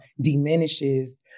diminishes